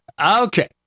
Okay